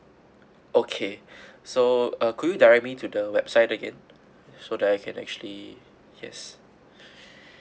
okay so uh could you direct me to the website again so that I can actually yes